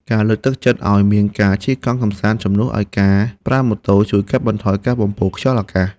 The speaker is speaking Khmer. ការលើកទឹកចិត្តឱ្យមានការជិះកង់កម្សាន្តជំនួសឱ្យការប្រើម៉ូតូជួយកាត់បន្ថយការបំពុលខ្យល់អាកាស។